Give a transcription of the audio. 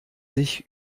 sich